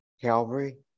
calvary